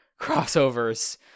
crossovers